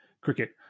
cricket